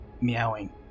meowing